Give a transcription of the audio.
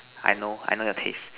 I know I know your taste